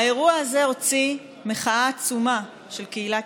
האירוע הזה הוציא מחאה עצומה של קהילת